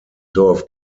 dorf